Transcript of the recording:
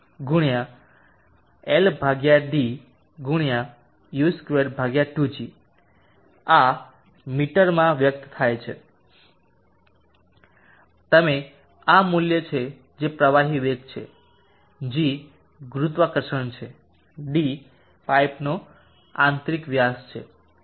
તેથી f × Ld × u22g આ મીટરમાં વ્યક્ત થાય છે તમે આ મૂલ્ય છે જે પ્રવાહી વેગ છે જી ગુરુત્વાકર્ષણ છે ડી પાઇપનો આંતરિક વ્યાસ છે